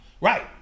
Right